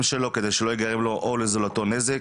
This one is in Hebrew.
שלו על מנת שלא יקרה לו או לזולתו עול או נזק,